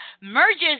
merges